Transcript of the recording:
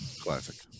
Classic